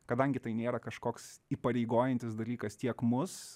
kadangi tai nėra kažkoks įpareigojantis dalykas tiek mus